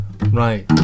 right